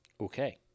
Okay